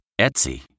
Etsy